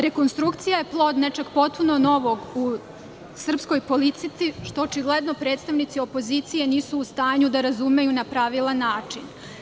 Rekonstrukcija je plod nečeg potpuno novog u srpskoj politici, što očigledno predsednici opozicije nisu u stanju da razumeju na pravilan način.